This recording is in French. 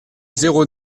zéro